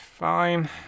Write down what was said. Fine